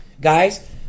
Guys